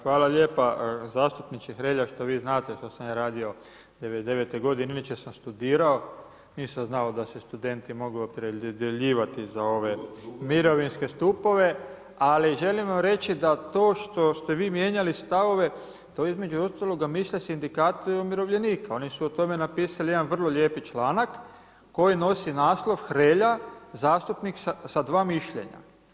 Hvala lijepa zastupniče Hrelja, što vi znate što sam ja radio '99.g., inače sam studirao, nisam znao da se studenti mogu opredjeljivati za ove mirovinske stupove, ali želim vam reći da to što ste vi mijenjali stavove, to između ostaloga misle sindikati umirovljenika, oni su o tome napisali jedan vrlo lijepi članak koji nosi naslov Hrelja, zastupnik sa dva mišljenja.